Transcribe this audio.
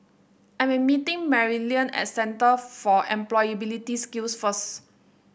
I am meeting Maryellen at Centre for Employability Skills first